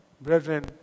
Brethren